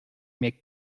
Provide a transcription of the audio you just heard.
mir